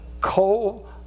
Coal